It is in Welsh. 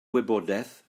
wybodaeth